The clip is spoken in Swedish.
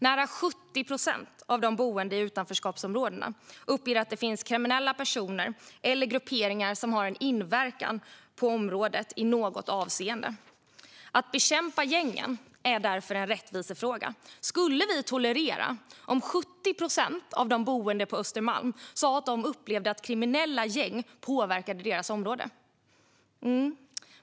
Nära 70 procent av de boende i utanförskapsområdena uppger att det finns kriminella personer eller grupperingar som har en inverkan på området i något avseende. Att bekämpa gängen är därför en rättvisefråga. Skulle vi tolerera om 70 procent av de boende på Östermalm sa att de upplevde att kriminella gäng påverkade deras område?